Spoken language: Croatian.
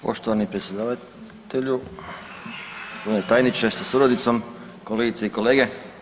Poštovani predsjedavatelju, g. tajniče sa suradnicom, kolegice i kolege.